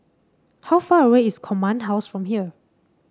how far away is Command House from here